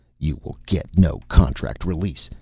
you will get no contract release!